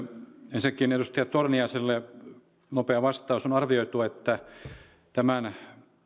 ensinnäkin edustaja torniaiselle nopea vastaus on arvioitu että tämän